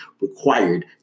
required